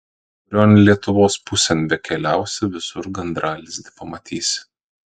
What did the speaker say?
kurion lietuvos pusėn bekeliausi visur gandralizdį pamatysi